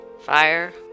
fire